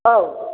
औ